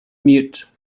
mute